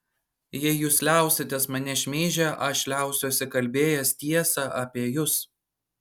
jei jūs liausitės mane šmeižę aš liausiuosi kalbėjęs tiesą apie jus